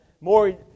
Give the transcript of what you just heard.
more